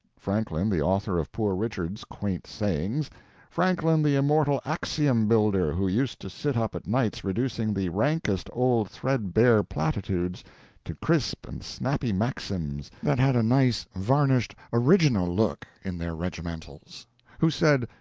franklin, the author of poor richard's quaint sayings franklin the immortal axiom-builder, who used to sit up at nights reducing the rankest old threadbare platitudes to crisp and snappy maxims that had a nice, varnished, original look in their regimentals who said,